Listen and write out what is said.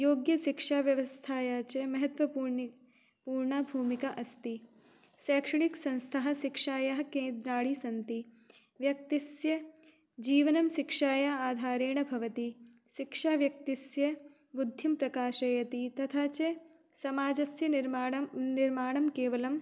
योग्य शिक्षाव्यवस्थायाः च महत्वपूर्णि पूर्णा भूमिका अस्ति शैक्षणिकसंस्था शिक्षायाः केन्द्राणि सन्ति व्यक्तिस्य जीवनं शिक्षायाः आधारेण भवति शिक्षा व्यक्तिस्य बुद्धिं प्रकाशयति तथा च समाजस्य निर्माणं निर्माणं केवलम्